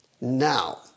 Now